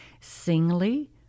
singly